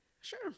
sure